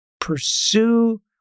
pursue